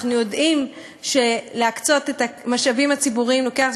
אנחנו יודעים שלהקצות את המשאבים הציבוריים לוקח זמן.